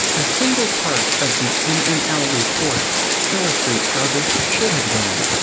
a single part of the nnl report illustrates how this should have gone.